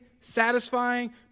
satisfying